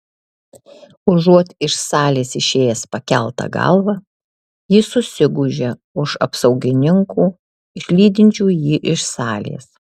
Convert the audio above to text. užuot iš salės išėjęs pakelta galva jis susigūžia už apsaugininkų išlydinčių jį iš salės